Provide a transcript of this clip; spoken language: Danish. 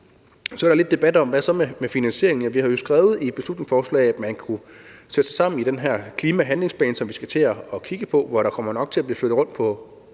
Så er der lidt debat om, hvad der så er med finansieringen. Vi har jo skrevet i beslutningsforslaget, at man i forbindelse med den her klimahandlingsplan – som vi skal til at kigge på, og hvor der, må man sige, nok kommer til at blive flyttet rundt på